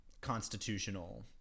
constitutional